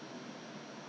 the